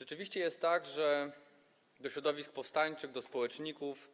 Rzeczywiście jest tak, że do środowisk powstańczych, społeczników